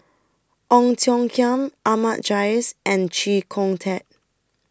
Ong Tiong Khiam Ahmad Jais and Chee Kong Tet